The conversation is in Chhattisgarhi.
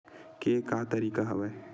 के का तरीका हवय?